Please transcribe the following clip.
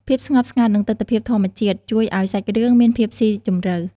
ភាពស្ងប់ស្ងាត់និងទិដ្ឋភាពធម្មជាតិជួយឲ្យសាច់រឿងមានភាពស៊ីជម្រៅ។